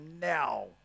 now